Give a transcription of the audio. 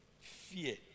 Fear